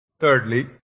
Thirdly